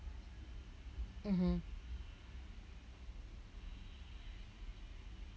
mmhmm